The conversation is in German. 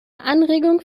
anregung